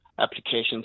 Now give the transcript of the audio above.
applications